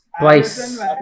Twice